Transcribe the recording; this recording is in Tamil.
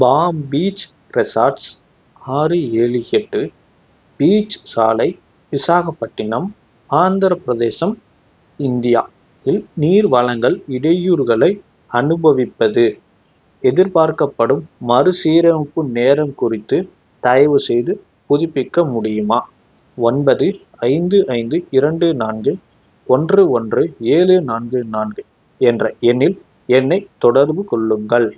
பாம் பீச் ரெசார்ட்ஸ் ஆறு ஏழு எட்டு பீச் சாலை விசாகப்பட்டினம் ஆந்திரப் பிரதேசம் இந்தியா இல் நீர் வழங்கல் இடையூறுகளை அனுபவிப்பது எதிர்பார்க்கப்படும் மறுசீரமைப்பு நேரம் குறித்து தயவுசெய்து புதுப்பிக்க முடியுமா ஒன்பது ஐந்து ஐந்து இரண்டு நான்கு ஒன்று ஒன்று ஏழு நான்கு நான்கு என்ற எண்ணில் என்னைத் தொடர்பு கொள்ளுங்கள்